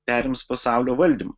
perims pasaulio valdymą